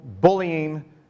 bullying